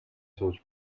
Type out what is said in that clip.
сууж